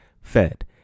fed